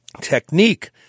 technique